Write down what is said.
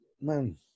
man